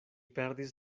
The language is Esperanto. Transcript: perdis